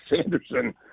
Sanderson